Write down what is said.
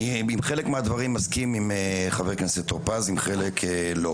עם חלק מן הדברים אני מסכים עם חבר הכנסת טור פז ועם חלק לא.